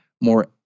more